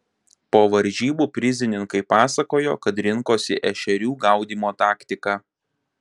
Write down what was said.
po varžybų prizininkai pasakojo kad rinkosi ešerių gaudymo taktiką